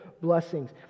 blessings